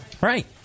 Right